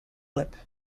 lip